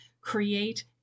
create